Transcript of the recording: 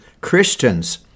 Christians